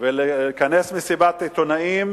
ולכנס מסיבת עיתונאים